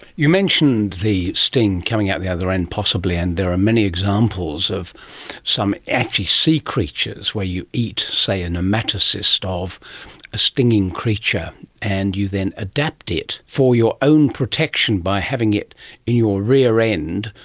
you mentioned the sting coming out the other end possibly and there are many examples of some actually sea creatures where you eat, say, a nematocyst ah of a stinging creature and you then adapt it for your own protection by having it in your rear end,